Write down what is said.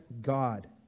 God